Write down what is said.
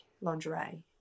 lingerie